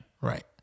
Right